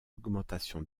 augmentation